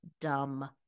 dumb